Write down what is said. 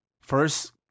first